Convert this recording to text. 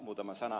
muutama sana